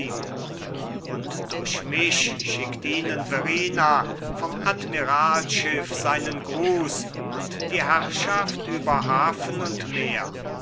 und durch mich schickt ihnen verrina vom admiralschiff seinen gruß und die herrschaft über hafen und meer